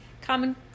common